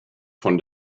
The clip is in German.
von